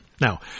Now